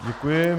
Děkuji.